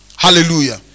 Hallelujah